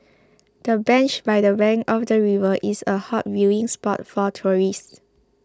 the bench by the bank of the river is a hot viewing spot for tourists